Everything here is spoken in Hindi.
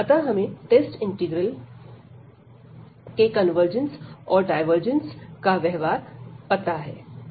अतः हमें टेस्ट इंटीग्रल के कन्वर्जंस और डायवर्जेंस का व्यवहार पता है